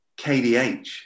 KDH